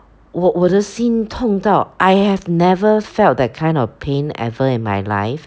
我我的心痛到 I have never felt that kind of pain ever in my life